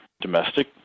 domestic